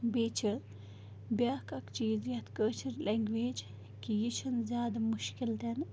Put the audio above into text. بیٚیہِ چھِ بیٛاکھ اَکھ چیٖز یَتھ کٲشِر لٮ۪نٛگویج کہِ یہِ چھِنہٕ زیادٕ مُشکِل تہِ نہٕ